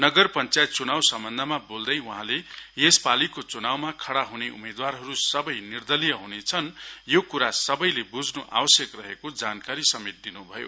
नगर पश्चायत चुनाव सम्बन्धमा बोल्दै वहाँले यसपालीको चुनावमा खड़ा हुने उम्मेदवारहरु सबै निर्दलिय हुनेछन् यो कुरा सबैले बुझनु आवश्यक रहेको जानकारी दिनुभयो